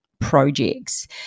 projects